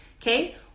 okay